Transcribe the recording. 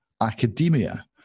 academia